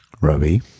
Robbie